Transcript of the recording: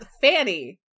Fanny